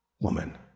woman